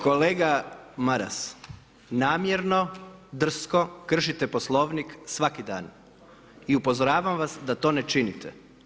Kolega Maras namjerno, drsko kršite Poslovnik svaki dan i upozoravam vas da to ne činite.